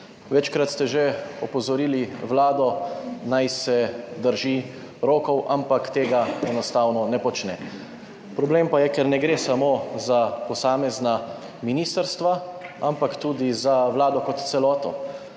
Večkrat ste že opozorili Vlado, naj se drži rokov, ampak tega enostavno ne počne. Problem pa je, ker ne gre samo za posamezna ministrstva, ampak tudi za vlado kot celoto.